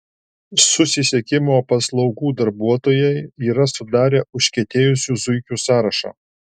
susisiekimo paslaugų darbuotojai yra sudarę užkietėjusių zuikių sąrašą